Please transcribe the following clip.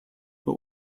but